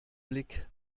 blick